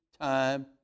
time